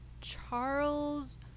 Charles